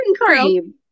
cream